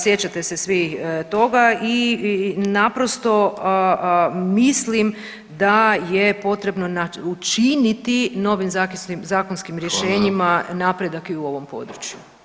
Sjećate se svi toga i naprosto mislim da je potrebno učiniti novim zakonskim rješenjima [[Upadica: Hvala.]] napredak i u ovom području.